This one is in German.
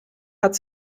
hat